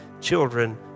children